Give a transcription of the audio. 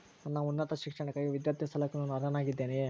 ನನ್ನ ಉನ್ನತ ಶಿಕ್ಷಣಕ್ಕಾಗಿ ವಿದ್ಯಾರ್ಥಿ ಸಾಲಕ್ಕೆ ನಾನು ಅರ್ಹನಾಗಿದ್ದೇನೆಯೇ?